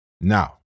Now